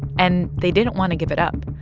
and they didn't want to give it up.